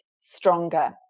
stronger